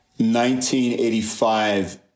1985